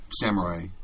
samurai